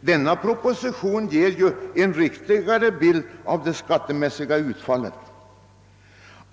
Denna proposition ger ju en riktigare bild av det skattemässiga utfallet.